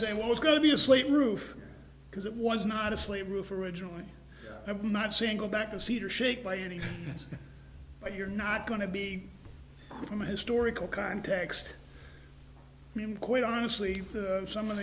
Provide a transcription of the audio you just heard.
say was going to be a slate roof because it was not a slave roof originally and i'm not saying go back to cedar shake by any means but you're not going to be from a historical context quite honestly some of